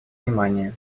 внимания